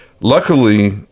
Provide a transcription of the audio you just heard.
luckily